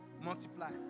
Multiply